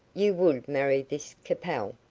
you would marry this capel.